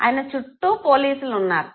అయన చుట్టూ పోలీసులు ఉన్నారు